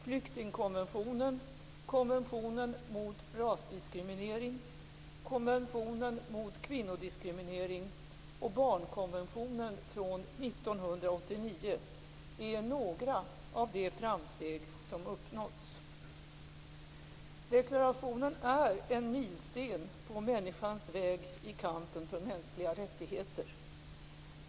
Flyktingkonventionen, konventionen mot rasdiskriminering, konventionen mot kvinnodiskriminering och barnkonventionen från 1989 är några av de framsteg som uppnåtts. Deklarationen är en milsten på människans väg i kampen för mänskliga rättigheter.